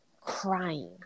crying